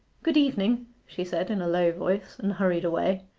good evening she said in a low voice, and hurried away.